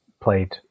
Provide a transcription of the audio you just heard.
played